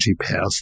path